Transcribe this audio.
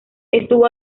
estuvo